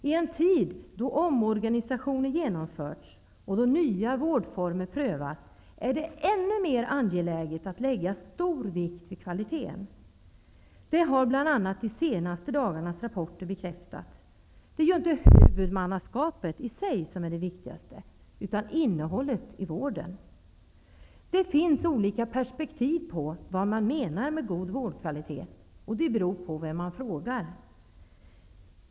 I en tid då omorganisationer genomförts och då nya vårdformer prövas är det ännu mer angeläget att lägga stor vikt vid kvaliteten. Det har bl.a. de senaste dagarnas rapporter bekräftat. Det är ju inte huvudmannaskapet i sig som är det viktigaste utan innehållet i vården! Det finns olika perspektiv på vad som kan menas med god vårdkvalitet, och det beror på vem man frågar.